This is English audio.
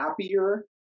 happier